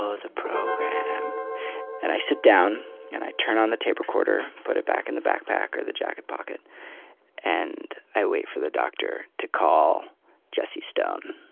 ah the program and i sit down and i turn on the tape recorder put it back in the backpack or the jacket pocket and i wait for the doctor to call jesse stone.